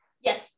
Yes